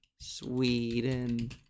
Sweden